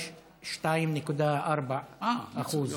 בחברת החשמל יש 2.4%. אה, יפה.